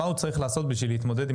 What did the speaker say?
מה הוא צריך לעשות בשביל להתמודד עם